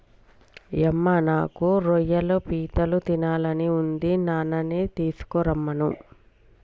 యమ్మ నాకు రొయ్యలు పీతలు తినాలని ఉంది నాన్ననీ తీసుకురమ్మను